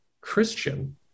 Christian